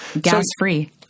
Gas-free